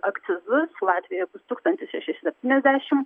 akcizus latvija bus tūkstantis šeši septyniasdešim